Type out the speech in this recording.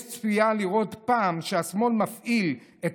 יש צפייה לראות פעם שהשמאל מפעיל את